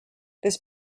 this